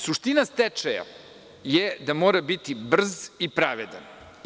Suština stečaja je da mora biti brz i pravedan.